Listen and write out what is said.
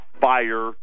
fire